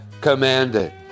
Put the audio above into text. commanded